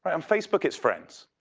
and facebook it's friends.